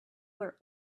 were